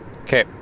Okay